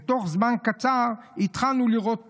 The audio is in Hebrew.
ובתוך זמן קצר התחלנו לראות פירות.